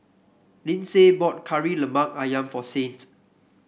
Lyndsay bought Kari Lemak ayam for Saint